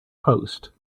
post